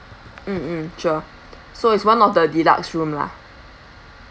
mm mm sure so it's one of the deluxe room lah mm